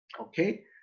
okay